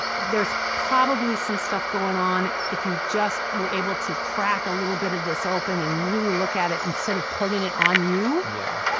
there's probably some stuff going on if you just were able to crack a little bit of this open and really look at it instead of putting it on you. yeah.